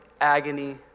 agony